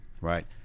right